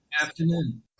afternoon